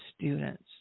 students